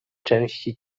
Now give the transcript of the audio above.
części